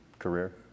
career